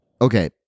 okay